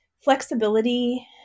flexibility